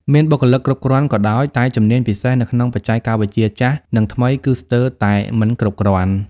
មានបុគ្គលិកគ្រប់គ្រាន់ក៏ដោយ តែជំនាញពិសេសនៅក្នុងបច្ចេកវិទ្យាចាស់ និងថ្មីគឺស្ទើរតែមិនគ្រប់គ្រាន់។